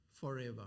forever